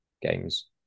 games